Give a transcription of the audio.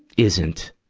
isn't.